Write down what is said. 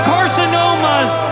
Carcinomas